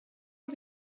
got